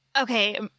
Okay